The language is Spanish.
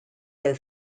del